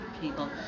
people